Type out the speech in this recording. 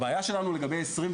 מצד שני, הבעיה שלנו לגבי 2022,